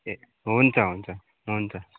ए हुन्छ हुन्छ हुन्छ